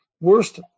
worst